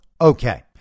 okay